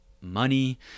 money